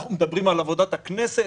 אנחנו מדברים על עבודת הכנסת?